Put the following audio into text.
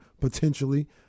potentially